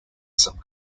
some